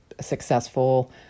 successful